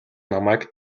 намайг